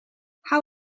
how